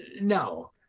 No